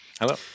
Hello